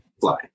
fly